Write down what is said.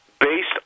based